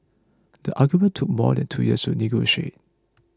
the agreement took more than two years to negotiate